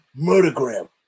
murdergram